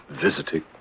...visiting